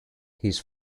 his